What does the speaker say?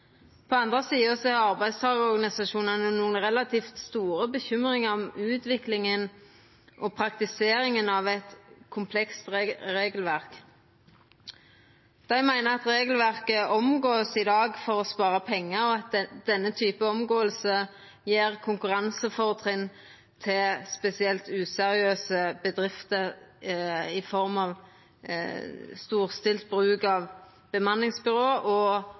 På den andre sida har arbeidstakarorganisasjonane nokre relativt store bekymringar om utviklinga og praktiseringa av eit komplekst regelverk. Dei meiner at regelverket vert omgått i dag for å spara pengar, og at denne typen omgåing gjev konkurransefortrinn til spesielt useriøse bedrifter i form av storstilt bruk av bemanningsbyrå og